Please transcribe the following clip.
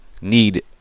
need